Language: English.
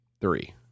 three